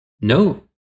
No